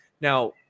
Now